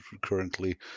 currently